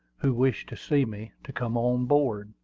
who wished to see me, to come on board,